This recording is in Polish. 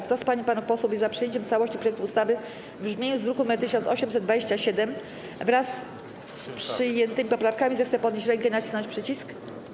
Kto z pań i panów posłów jest za przyjęciem całości projektu ustawy w brzmieniu z druku nr 1827, wraz z przyjętymi poprawkami, zechce podnieść rękę i nacisnąć przycisk.